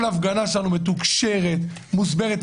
כל הפגנה שלנו מתוקשרת, מוסדרת.